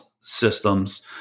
systems